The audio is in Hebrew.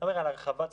אבל על הרחבת זכויות,